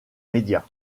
médias